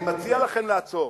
אני מציע לכם לעצור.